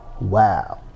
wow